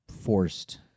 Forced